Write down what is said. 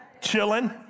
chilling